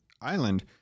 island